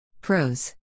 Pros